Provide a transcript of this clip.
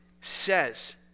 says